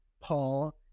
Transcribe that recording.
Paul